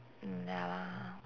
mm ya lah